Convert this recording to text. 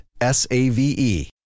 S-A-V-E